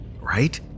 right